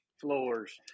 floors